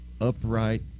upright